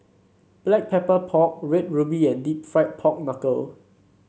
Black Pepper Pork Red Ruby and deep fried Pork Knuckle